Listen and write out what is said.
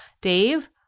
Dave